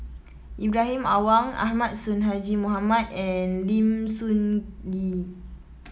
Ibrahim Awang Ahmad Sonhadji Mohamad and Lim Sun Gee